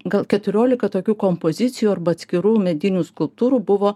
gal keturiolika tokių kompozicijų arba atskirų medinių skulptūrų buvo